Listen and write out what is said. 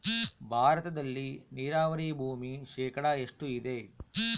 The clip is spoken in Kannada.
ಭಾರತದಲ್ಲಿ ನೇರಾವರಿ ಭೂಮಿ ಶೇಕಡ ಎಷ್ಟು ಇದೆ?